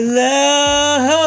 love